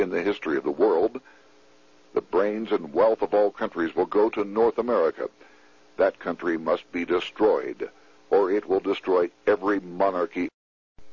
in the history of the world the brains and wealth of all countries will go to north america that country must be destroyed or it will destroy every monarchy